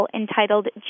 entitled